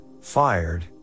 fired